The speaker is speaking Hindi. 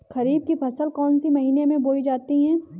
खरीफ की फसल कौन से महीने में बोई जाती है?